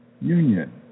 Union